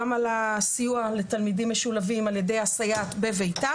גם על הסיוע לתלמידים משולבים על ידי הסייעת בביתם